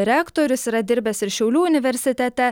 rektorius yra dirbęs ir šiaulių universitete